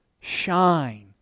shine